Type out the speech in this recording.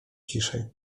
ciszej